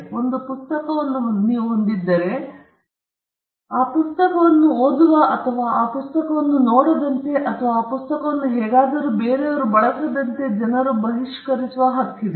ನೀವು ಒಂದು ಪುಸ್ತಕವನ್ನು ಹೊಂದಿದ್ದರೆ ಆ ಪುಸ್ತಕವನ್ನು ಓದುವ ಅಥವಾ ಆ ಪುಸ್ತಕವನ್ನು ನೋಡದಂತೆ ಅಥವಾ ಆ ಪುಸ್ತಕವನ್ನು ಹೇಗಾದರೂ ಬಳಸದಂತೆ ಜನರು ಬಹಿಷ್ಕರಿಸುವ ಹಕ್ಕಿದೆ